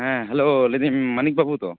ᱦᱮᱸ ᱦᱮᱞᱳ ᱞᱟᱹᱭᱫᱤᱧ ᱢᱟᱹᱱᱤᱠ ᱵᱟᱹᱵᱩ ᱛᱚ